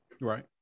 Right